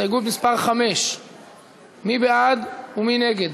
הסתייגות מס' 5. מי בעד ומי נגד?